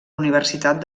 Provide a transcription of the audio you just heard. universitat